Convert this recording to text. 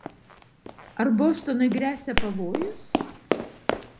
ar bostonui gresia pavojus